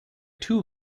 two